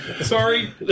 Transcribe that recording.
Sorry